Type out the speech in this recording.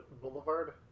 Boulevard